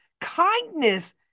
Kindness